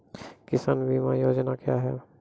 किसान बीमा योजना क्या हैं?